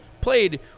played